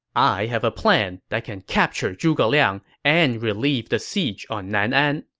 i have a plan that can capture zhuge liang and relieve the siege on nanan.